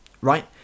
Right